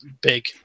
big